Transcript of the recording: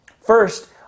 First